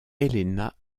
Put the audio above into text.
helena